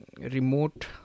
remote